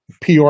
PR